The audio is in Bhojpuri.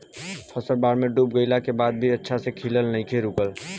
फसल बाढ़ में डूब गइला के बाद भी अच्छा से खिलना नइखे रुकल